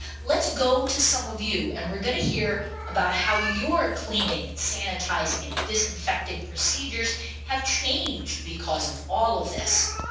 let's go to some of you and we're going to hear about how you're cleaning and sanitizing and disinfecting procedures have changed because of all of this